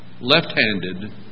left-handed